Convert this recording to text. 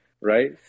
right